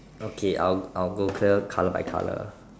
okay I'll I'll go clear colour by colour